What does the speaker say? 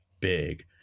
big